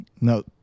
No